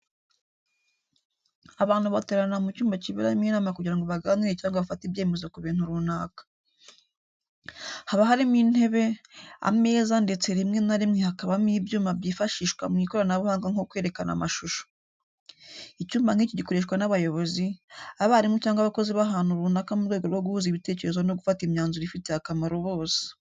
Abantu bateranira mu cyumba kiberamo inama kugira ngo baganire cyangwa bafate ibyemezo ku bintu runaka. Haba harimo intebe, ameza ndetse rimwe na rimwe hakabamo ibyuma byifashishwa mu ikoranabuhanga nko kwerekana amashusho. Icyumba nk'iki gikoreshwa n'abayobozi, abarimu cyangwa abakozi b'ahantu runaka mu rwego rwo guhuza ibitekerezo no gufata imyanzuro ifitiye akamaro bose.